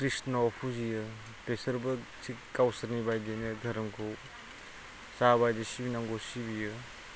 कृष्ण फुजियो बिसोरबो गावसिनि बायदिनो धोरोमखौ जाबायदि सिबिनांगौ सिबियो